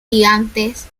gigantes